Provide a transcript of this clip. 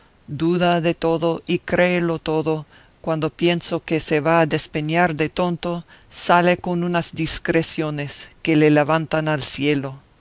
duda de todo y créelo todo cuando pienso que se va a despeñar de tonto sale con unas discreciones que le levantan al cielo